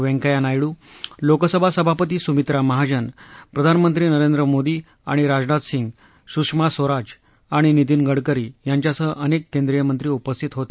वैंकय्या नायडू लोकसभा सभापती सुमित्रा महाजन प्रधानमंत्री नरेंद्र मोदी आणि राजनाथ सिंह सुषमा स्वराज आणि नितीन गडकरी यांच्यासह अनेक केंद्रीय मंत्री उपस्थित होते